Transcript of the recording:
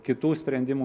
kitų sprendimų